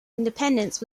independence